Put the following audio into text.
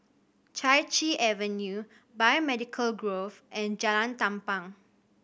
Chai Chee Avenue Biomedical Grove and Jalan Tampang